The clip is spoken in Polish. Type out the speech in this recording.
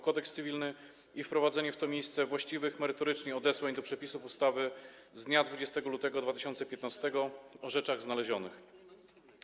Kodeks cywilny i wprowadzenie w to miejsce właściwych merytorycznie odesłań do przepisów ustawy z dnia 20 lutego 2015 r. o rzeczach znalezionych.